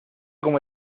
como